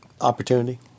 opportunity